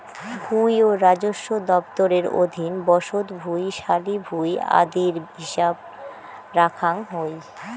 ভুঁই ও রাজস্ব দফতরের অধীন বসত ভুঁই, শালি ভুঁই আদির হিছাব রাখাং হই